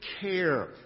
care